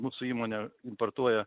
mūsų įmonė importuoja